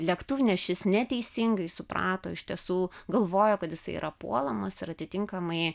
lėktuvnešis neteisingai suprato iš tiesų galvojo kad jisai yra puolamas ir atitinkamai